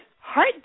heart